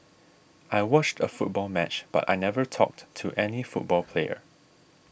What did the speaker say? I watched a football match but I never talked to any football player